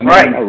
Right